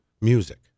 music